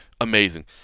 Amazing